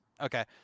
Okay